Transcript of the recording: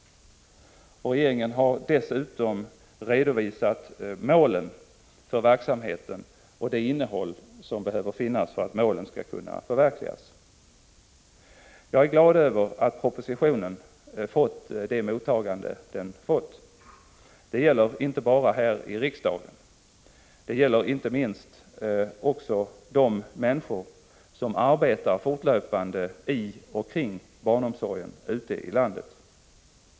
Regeringen har dessutom redovisat målen för verksamheten och det innehåll som behöver finnas för att målen skall kunna förverkligas. Jag är glad över att propositionen fått det mottagande den fått. Det gäller inte bara här i riksdagen utan också och inte minst bland de människor som fortlöpande arbetar inom och kring barnomsorgen ute i landet.